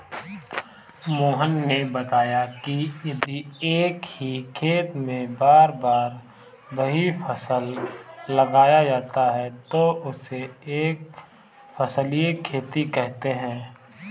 मोहन ने बताया कि यदि एक ही खेत में बार बार वही फसल लगाया जाता है तो उसे एक फसलीय खेती कहते हैं